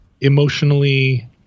emotionally